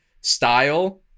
style